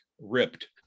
ripped